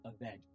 event